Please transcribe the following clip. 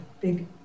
big